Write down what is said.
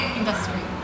industry